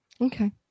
Okay